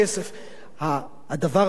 הדבר הזה הוא צדק בסיסי,